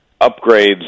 upgrades